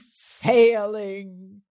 failing